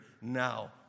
now